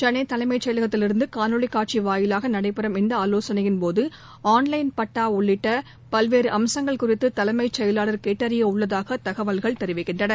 சென்னை தலைமைச் செயலகத்திலிருந்து காணொலி காட்சி வாயிலாக நடைபெறும் இந்த ஆலோசனையின் போது ஆன்லைன் பட்டா உள்ளிட்ட பல்வேறு அம்சங்கள் குறித்து தலைமைச் செயலாளர் கேட்டறிய உள்ளதாக தகவல்கள் தெரிவிக்கின்றன